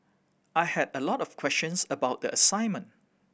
I had a lot of questions about the assignment